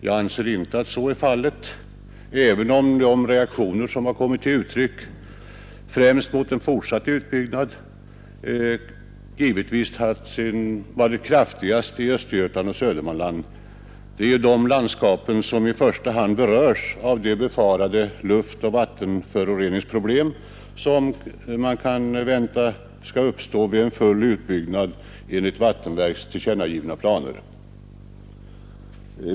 Jag anser inte att så är fallet, även om de reaktioner som kommit till uttryck främst mot en fortsatt utbyggnad givetvis varit kraftigast i Östergötland och Södermanland. Det är ju dessa landskap som i första hand berörs av de befarade luftoch vattenföroreningsproblem som man kan vänta skall uppstå vid en full utbyggnad enligt Vattenfalls tillkännagivna planer.